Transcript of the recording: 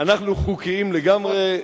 אנחנו חוקיים לגמרי.